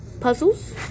puzzles